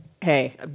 Hey